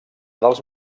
dels